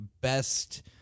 best